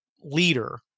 leader